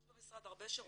יש במשרד הרבה שירותים.